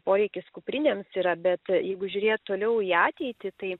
poreikis kuprinėms yra bet jeigu žiūrėt toliau į ateitį tai